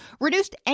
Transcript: Reduced